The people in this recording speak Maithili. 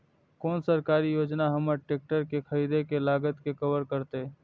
कोन सरकारी योजना हमर ट्रेकटर के खरीदय के लागत के कवर करतय?